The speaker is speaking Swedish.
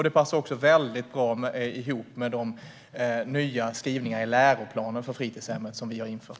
Det passar också väldigt bra ihop med de nya skrivningar i läroplanen för fritidshemmen som vi har infört.